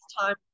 time